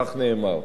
כך נאמר,